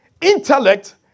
Intellect